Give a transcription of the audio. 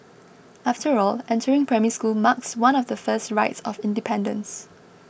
after all entering Primary School marks one of the first rites of independence